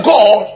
God